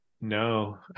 No